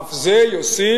אף זה יוסיף